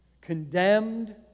condemned